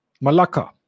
Malacca